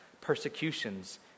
persecutions